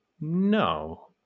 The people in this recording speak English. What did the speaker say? No